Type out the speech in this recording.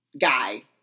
Guy